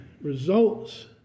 results